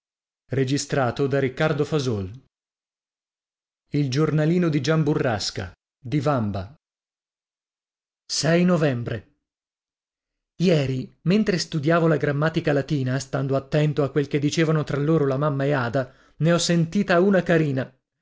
e io a io e o e i novembre ieri mentre studiavo la grammatica latina stando attento a quel che dicevano tra loro la mamma e ada ne ho sentita una carina